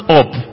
up